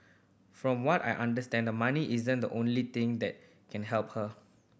from what I understand money isn't the only thing that can help her